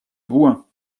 bouin